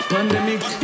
Pandemic